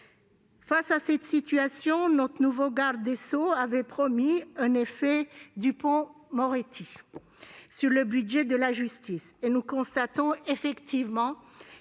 Face à cette situation, notre nouveau garde des sceaux avait promis un « effet Dupond-Moretti » sur le budget de la justice. Nous constatons effectivement